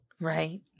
Right